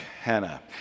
Hannah